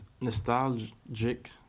nostalgic